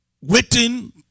Waiting